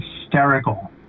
hysterical